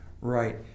Right